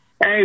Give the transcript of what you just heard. Hey